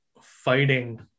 fighting